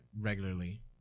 regularly